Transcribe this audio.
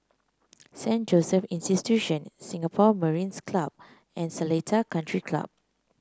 Saint Joseph Institution Singapore Mariners' Club and Seletar Country Club